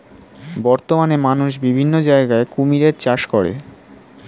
বর্তমানে মানুষ বিভিন্ন জায়গায় কুমিরের চাষ করে